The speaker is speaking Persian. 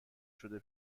شده